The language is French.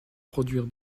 produire